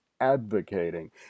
advocating